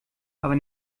aber